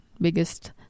Biggest